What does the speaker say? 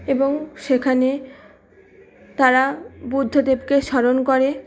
এবং সেখানে তারা বুদ্ধদেবকে স্মরণ করে